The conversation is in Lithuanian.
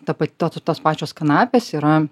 ta pa to tos pačios kanapės yra